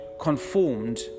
conformed